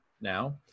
now